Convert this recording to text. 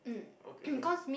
okay okay